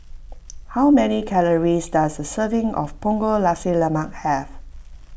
how many calories does a serving of Punggol Nasi Lemak have